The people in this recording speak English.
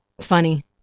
funny